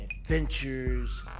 adventures